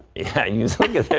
if you look at